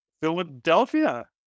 Philadelphia